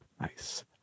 Nice